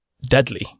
Deadly